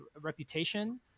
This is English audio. reputation